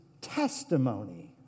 Testimony